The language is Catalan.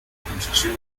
concessió